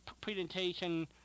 presentation